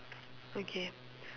okay